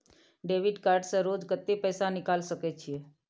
Debit card से रोज कत्ते पैसा निकाल सके छिये?